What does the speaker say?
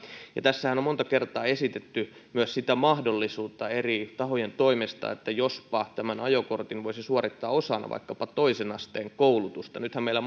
tässähän on monta kertaa esitetty myös sitä mahdollisuutta eri tahojen toimesta että jospa ajokortin voisi suorittaa osana vaikkapa toisen asteen koulutusta nythän meillä